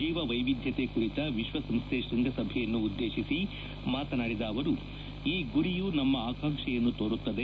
ಜೀವವೈವಿಧ್ಯತೆ ಕುರಿತ ವಿಶ್ವಸಂಸ್ಥೆ ಶ್ವಂಗಸಭೆಯನ್ನು ಉದ್ದೇಶಿಸಿ ಮಾತನಾಡಿದ ಅವರು ಈ ಗುರಿಯು ನಮ್ಮ ಆಕಾಂಕ್ಷೆಯನ್ನು ತೋರುತ್ತದೆ